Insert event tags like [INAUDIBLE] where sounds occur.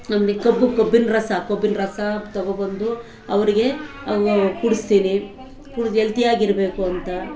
[UNINTELLIGIBLE] ಕಬ್ಬು ಕಬ್ಬಿನ ರಸ ಕಬ್ಬಿನ ರಸ ತಗೊಂಡ್ಬಂದು ಅವರಿಗೆ ಅವ ಕುಡಿಸ್ತೀನಿ ಕುಡ್ದು ಎಲ್ತಿಯಾಗಿರಬೇಕು ಅಂತ